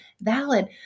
valid